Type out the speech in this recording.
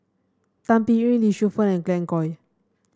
Tan Biyun Lee Shu Fen and Glen Goei